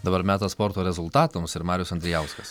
dabar metas sporto rezultatams ir marius andrijauskas